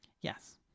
yes